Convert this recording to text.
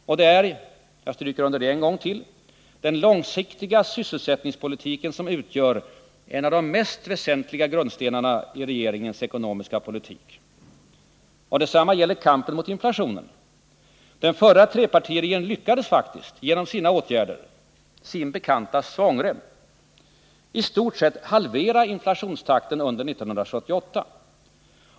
Och det är — jag stryker under detta än en gång — den långsiktiga sysselsättningspolitiken som utgör en av de mest väsentliga grundstenarna i regeringens ekonomiska politik. Detsamma gäller kampen mot inflationen. Den förra trepartiregeringen lyckades genom sina åtgärder — sin bekanta svångrem —i stort sett att halvera inflationstakten under 1978.